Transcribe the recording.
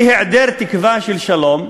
היא: היעדר תקווה של שלום.